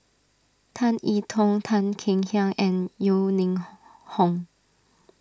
Tan I Tong Tan Kek Hiang and Yeo Ning Hong